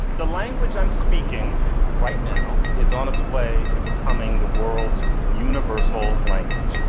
the language i'm speaking right now is on its way to becoming the world's universal language,